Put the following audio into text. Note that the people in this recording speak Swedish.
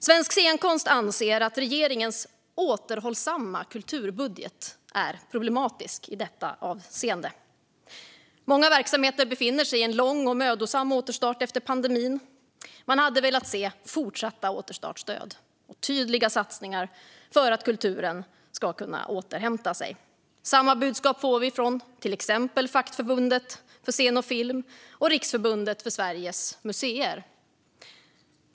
Svensk Scenkonst anser att regeringens återhållsamma kulturbudget är problematisk i detta avseende. Många verksamheter befinner sig i en lång och mödosam återstart efter pandemin. Man hade velat se fortsatta återstartsstöd och tydliga satsningar för att kulturen ska kunna återhämta sig. Samma budskap får vi från till exempel Fackförbundet Scen & Film och Riksförbundet Sveriges museer.